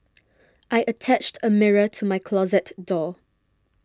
I attached a mirror to my closet door